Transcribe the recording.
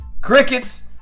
Crickets